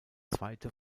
zweite